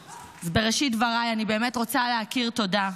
בראשית דבריי אני באמת רוצה להכיר תודה,